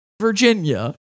virginia